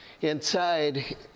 inside